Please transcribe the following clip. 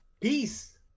Peace